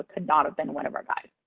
ah could not have been one of our guys.